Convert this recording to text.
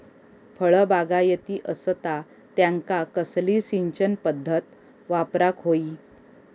फळबागायती असता त्यांका कसली सिंचन पदधत वापराक होई?